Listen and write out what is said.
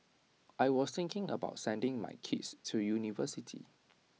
I will thinking about sending my kids to university